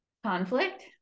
conflict